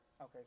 Okay